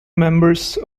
members